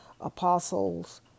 apostles